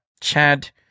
Chad